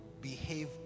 behave